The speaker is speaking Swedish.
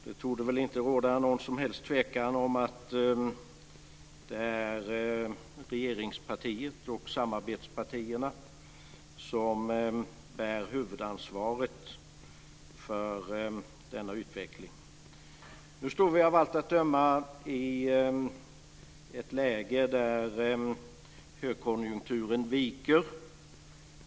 Det torde väl inte råda någon som helst tvekan om att det är regeringspartiet och samarbetspartierna som bär huvudansvaret för denna utveckling. Nu befinner vi oss av allt att döma i ett läge där högkonjunkturen viker.